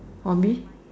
hobby